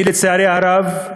לצערי הרב,